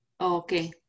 Okay